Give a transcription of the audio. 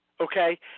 okay